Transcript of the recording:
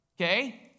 okay